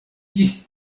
ĝis